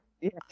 Yes